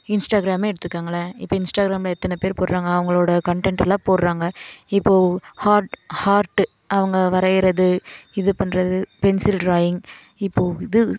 இன்ஸ்டாகிராமே எடுத்துக்கொங்களேன் இப்போ இன்ஸ்டாகிராமில் எத்தனை பேர் போடுறாங்க அவங்களோட கண்டன்ட் எல்லாம் போடுகிறாங்க இப்போது ஹார்ட் ஹார்ட்டு அவங்க வரையிறது இது பண்ணுறது பென்சில் டிராயிங் இப்போது இது